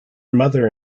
mother